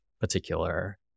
particular